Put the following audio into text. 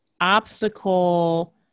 obstacle